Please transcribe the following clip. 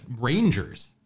Rangers